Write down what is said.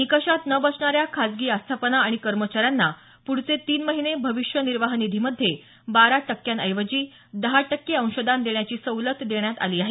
निकषात न बसणाऱ्या खासगी आस्थापना आणि कर्मचाऱ्यांना पुढचे तीन महिने भविष्य निर्वाह निधीमध्ये बारा टक्क्यांऐवजी दहा टक्के अंशदान देण्याची सवलत देण्यात आली आहे